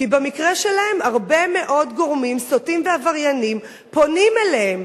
כי במקרה שלהם הרבה מאוד גורמים סוטים ועברייניים פונים אליהם,